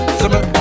summer